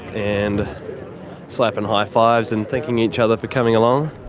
and slappin' high fives and thanking each other for coming along.